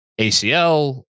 ACL